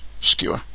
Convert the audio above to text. skewer